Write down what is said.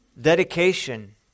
dedication